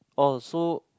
oh so